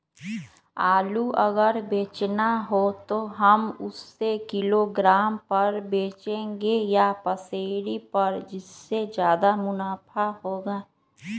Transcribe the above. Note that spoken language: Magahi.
आलू अगर बेचना हो तो हम उससे किलोग्राम पर बचेंगे या पसेरी पर जिससे ज्यादा मुनाफा होगा?